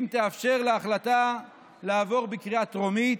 אם תאפשר להחלטה לעבור בקריאה טרומית.